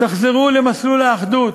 תחזרו למסלול האחדות,